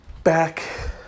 back